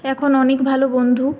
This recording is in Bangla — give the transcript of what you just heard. এখন অনেক ভালো বন্ধু